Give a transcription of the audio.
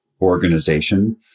organization